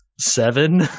seven